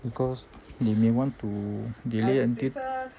because they may want to delay until